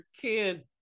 kid